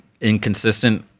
inconsistent